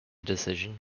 decision